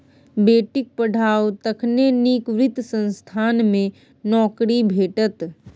बेटीक पढ़ाउ तखने नीक वित्त संस्थान मे नौकरी भेटत